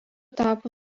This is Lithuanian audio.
tapo